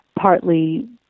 partly